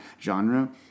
genre